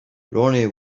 ronnie